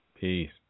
Peace